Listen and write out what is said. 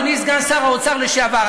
אדוני סגן שר האוצר לשעבר.